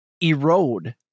erode